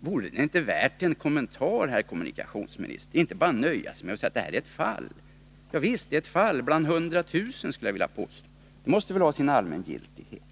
Vore inte detta värt en kommentar, herr kommunikationsminister? Man skall väl inte bara behöva nöja sig med att det här är ”ett fall”? Ja visst är det ett fall, ett bland hundratusen, skulle jag vilja påstå. Det måste väl ha sin allmängiltighet.